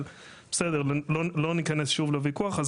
אבל, בסדר, לא ניכנס שוב לוויכוח הזה.